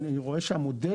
אני רואה שהמודל